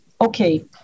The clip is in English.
okay